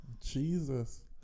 Jesus